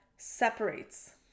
separates